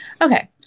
Okay